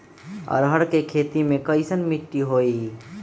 अरहर के खेती मे कैसन मिट्टी होइ?